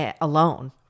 alone